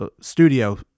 studio